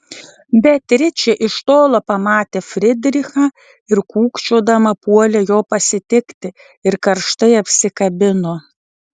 beatričė iš tolo pamatė frydrichą ir kūkčiodama puolė jo pasitikti ir karštai apsikabino